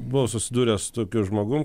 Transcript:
buvau susidūręs su tokiu žmogum